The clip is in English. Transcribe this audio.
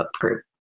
group